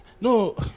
No